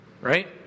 right